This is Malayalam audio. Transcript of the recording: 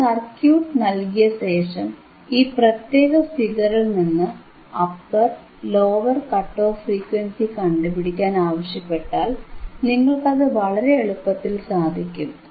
ഒരു സർക്യൂട്ട് ൽകിയ ശേഷം ഈ പ്രത്യേക ഫിഗറിൽനിന്ന് upper lower cut off frequency കണ്ടുപിടിക്കാൻ ആവശ്യപ്പെട്ടാൽ നിങ്ങൾക്കത് വളരെ എളുപ്പത്തിൽ സാധിക്കും